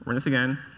and this again.